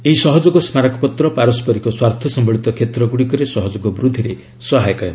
ଏହି ସହଯୋଗ ସ୍କାରକପତ୍ର ପାରସ୍କରିକ ସ୍ୱାର୍ଥ ସମ୍ପଳିତ କ୍ଷେତ୍ରଗୁଡ଼ିକରେ ସହଯୋଗ ବୃଦ୍ଧିରେ ସହାୟକ ହେବ